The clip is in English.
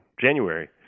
January